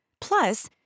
Plus